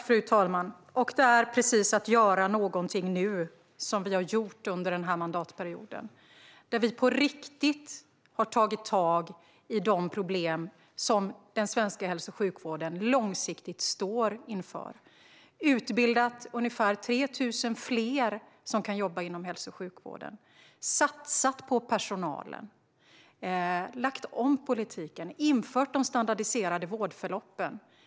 Fru talman! Att göra någonting nu - det är precis vad vi har gjort under denna mandatperiod när vi på riktigt har tagit tag i de problem som den svenska hälso och sjukvården långsiktigt står inför. Vi har utbildat ungefär 3 000 fler som kan jobba inom hälso och sjukvården. Vi har satsat på personalen, lagt om politiken och infört de standardiserade vårdförloppen.